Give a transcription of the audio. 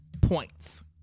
points